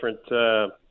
different